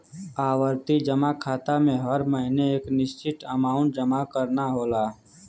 आवर्ती जमा खाता में हर महीने एक निश्चित अमांउट जमा करना होला